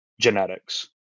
genetics